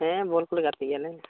ᱦᱮᱸ ᱵᱚᱞ ᱠᱚᱞᱮ ᱜᱟᱛᱮᱜ ᱜᱮᱭᱟᱞᱮ